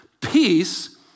peace